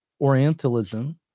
orientalism